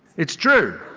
it's true.